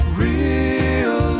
real